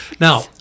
Now